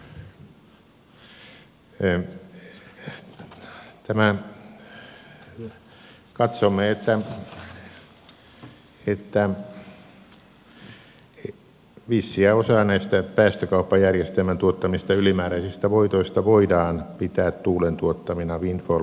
katsomme että vissiä osaa näistä päästökauppajärjestelmän tuottamista ylimääräisistä voitoista voidaan pitää tuulen tuottamina windfall voittoina